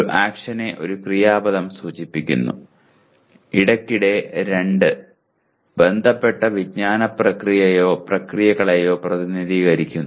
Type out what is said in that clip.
ഒരു ആക്ഷനെ ഒരു ക്രിയാപദം സൂചിപ്പിക്കുന്നു ഇടയ്ക്കിടെ രണ്ട് ബന്ധപ്പെട്ട വിജ്ഞാന പ്രക്രിയയെയോ പ്രക്രിയകളെയോ പ്രതിനിധീകരിക്കുന്നു